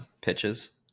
pitches